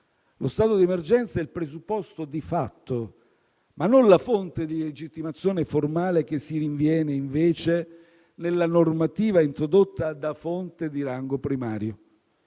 Lo stato di emergenza è il presupposto di fatto, ma non la fonte di legittimazione formale che si rinviene, invece, nella normativa introdotta da fonte di rango primario.